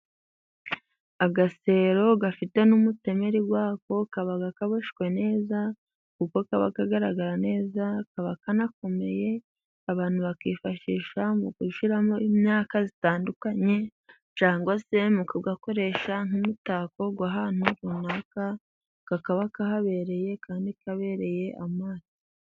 Agasero gafite n'umutemeri wako, kabaga kaboshwe neza, kuko kabaga kagaragara neza, kaba kanakomeye, abantu bakifashisha, mu gushiramo imyaka itandukanye, cyangwase mu kugakoreha, nk'imitako, guha ahantu runaka kakaba kahabereye, kandi kabereye amaso.